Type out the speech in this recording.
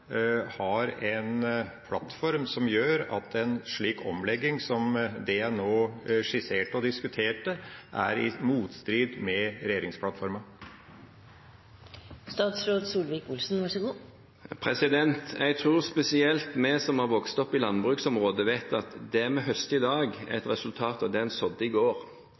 har en plattform som gjør at en slik omlegging som det jeg nå skisserte og diskuterte, er i motstrid med regjeringsplattforma? Jeg tror spesielt vi som har vokst opp i landbruksområder, vet at det en høster i dag, er et resultat av det en sådde i går.